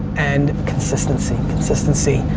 and consistency, consistency.